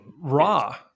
Raw